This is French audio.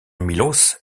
miloš